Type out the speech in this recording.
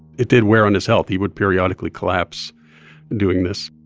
it did wear on his health. he would periodically collapse doing this.